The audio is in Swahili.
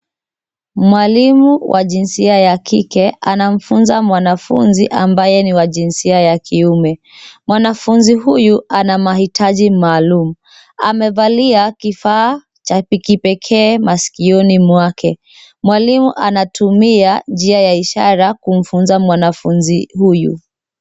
Mwalimu wa jinsia ya kike anamfunza wa kike ambaye ni wa jinsia ya kiume. Mwanafunzi huyu ana mahitaji maalum. Amevalia kifaa cha kipekee masikioni mwake. Mwalimu anatumia njia ya ishara kumfunza mwanafunzi huyu.